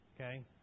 okay